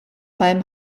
beim